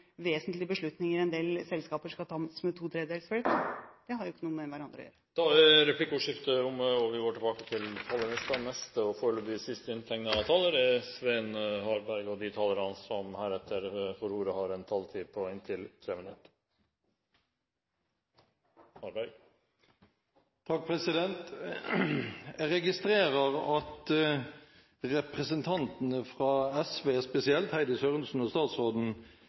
vesentlige beslutninger i en del selskaper skal vedtas med to tredjedels flertall. Det har jo ikke noe med hverandre å gjøre. Replikkordskiftet er omme. De talere som heretter får ordet, har en taletid på inntil 3 minutter. Jeg registrerer at representantene fra SV, spesielt Heidi Sørensen og statsråden,